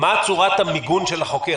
מה צורת המיגון של החוקר?